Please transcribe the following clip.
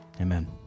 Amen